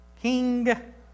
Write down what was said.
King